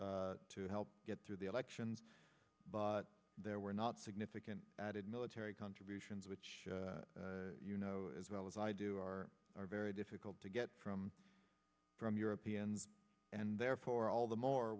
to help get through the elections but there were not significant added military contributions which you know as well as i do are are very difficult to get from from europeans and therefore all the more